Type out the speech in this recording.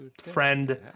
friend